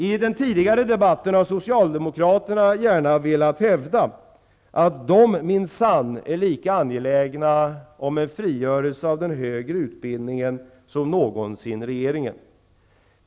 I den tidigare debatten har socialdemokraterna gärna velat hävda att de minsann är lika angelägna om en frigörelse av den högre utbildningen som någonsin regeringen.